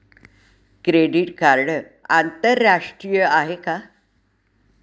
Credit card आंतरराष्ट्रीय आहे का?